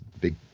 big